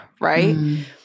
right